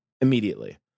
immediately